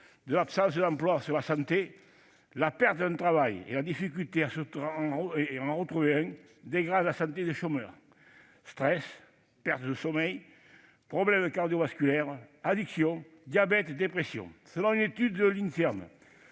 de l'absence d'emploi sur la santé. La perte d'un travail et la difficulté à en retrouver un dégradent la santé des chômeurs : stress, perte de sommeil, problèmes cardiovasculaires, addictions, diabète, dépression ... Selon une étude de l'Inserm,